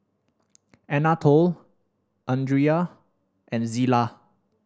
Anatole Andria and Zillah